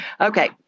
okay